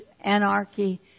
anarchy